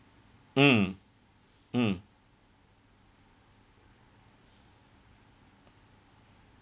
mm mm